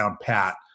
pat